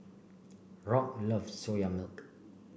Rock loves Soya Milk